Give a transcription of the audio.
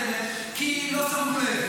--- לאוצר: למה אין --- כי לא שמו לב.